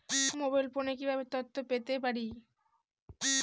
Mobile ফোনে কিভাবে তথ্য পেতে পারি?